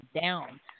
down